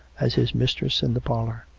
as his mistress in the parlour.